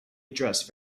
address